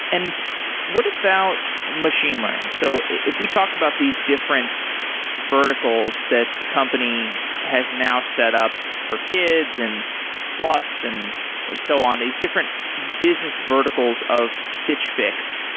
and what about machine learning? so if we talk about these different verticals that the company has now set up for kids and plus and so on, these different business verticals of stitch fix,